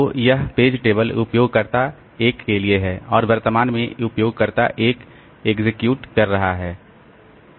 तो यह page table उपयोगकर्ता 1 के लिए है और वर्तमान में उपयोगकर्ता 1 एग्जीक्यूट कर रहा है